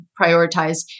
prioritize